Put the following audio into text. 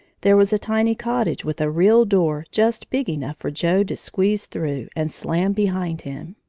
there was a tiny cottage, with a real door just big enough for joe to squeeze through and slam behind him.